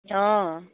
অঁ